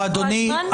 אדוני,